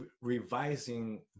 revising